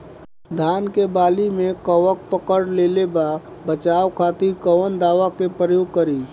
धान के वाली में कवक पकड़ लेले बा बचाव खातिर कोवन दावा के प्रयोग करी?